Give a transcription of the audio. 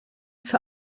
für